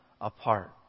apart